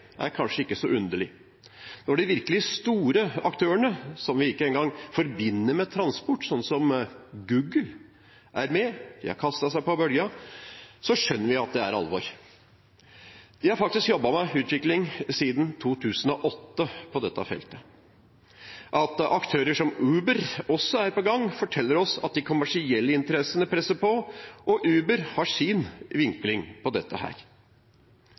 er kanskje ikke så underlig. Når de virkelige store aktørene, som vi ikke engang forbinder med transport, sånne som Google, er med og har kastet seg på bølgen, skjønner vi at det er alvor. De har faktisk jobbet med utvikling på dette feltet siden 2008. At aktører som Uber også er på gang, forteller oss at de kommersielle interessene presser på, og Uber har sin vinkling på dette.